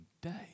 day